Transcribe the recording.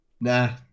Nah